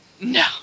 No